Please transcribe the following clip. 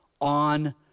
on